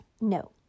no